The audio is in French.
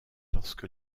lorsque